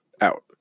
out